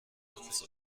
uns